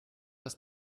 das